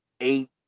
eight